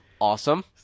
awesome